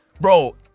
bro